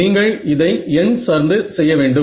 நீங்கள் இதை எண் சார்ந்து செய்ய வேண்டும்